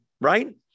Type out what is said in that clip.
right